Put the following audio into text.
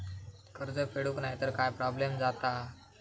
कर्ज फेडूक नाय तर काय प्रोब्लेम जाता?